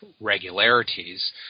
regularities